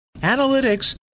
analytics